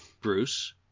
bruce